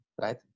right